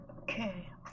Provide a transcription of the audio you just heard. Okay